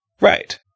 Right